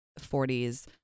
40s